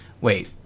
Wait